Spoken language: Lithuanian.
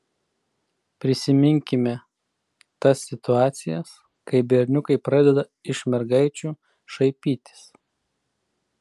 prisiminkime tas situacijas kai berniukai pradeda iš mergaičių šaipytis